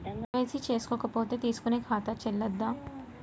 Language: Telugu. కే.వై.సీ చేసుకోకపోతే తీసుకునే ఖాతా చెల్లదా?